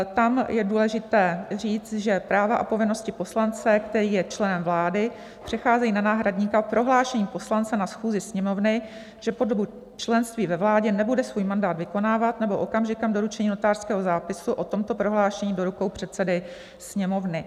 Tam je důležité říct, že práva a povinnosti poslance, který je členem vlády, přecházejí na náhradníka prohlášením poslance na schůzi Sněmovny, že po dobu členství ve vládě nebude svůj mandát vykonávat, nebo okamžikem doručení notářského zápisu o tomto prohlášení do rukou předsedy Sněmovny.